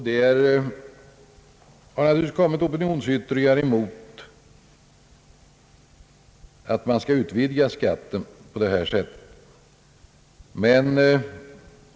Det förekommer förstås opinionsyttringar emot att utvidga mervärdeskatten på detta sätt.